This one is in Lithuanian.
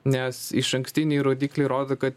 nes išankstiniai rodikliai rodo kad